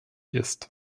ist